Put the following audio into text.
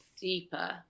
deeper